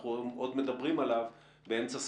אנחנו עוד מדברים עליו באמצע ספטמבר.